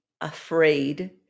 afraid